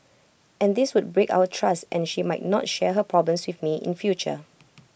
and this would break our trust and she might not share her problems with me in future